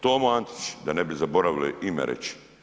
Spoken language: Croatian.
Tomo Antičić, da ne bi zaboravili ime reći.